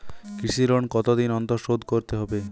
কৃষি লোন কতদিন অন্তর শোধ করতে হবে?